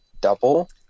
double